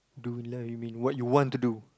do lah you mean what you want to do